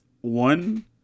one